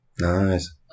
Nice